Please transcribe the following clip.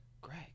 Greg